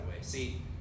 See